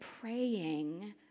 praying